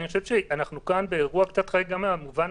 אנחנו כאן באירוע קצת חריג גם במובן